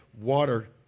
water